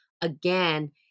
Again